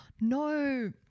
no